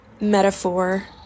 metaphor